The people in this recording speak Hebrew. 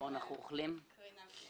אוכלים ומקבלים קרינה.